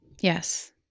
yes